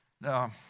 Now